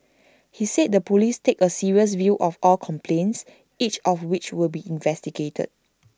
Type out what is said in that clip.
he said the Police take A serious view of all complaints each of which will be investigated